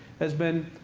has been,